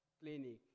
Clinic